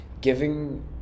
giving